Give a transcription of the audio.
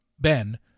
Ben